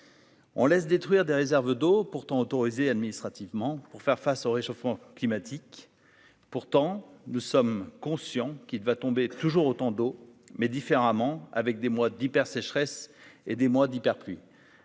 On laisse détruire des réserves d'eau pourtant autorisée administrativement pour faire face au réchauffement climatique, pourtant nous sommes conscients qu'il va tomber toujours autant d'eau mais différemment avec des mois d'hyper sécheresse et des mois d'hyper plus.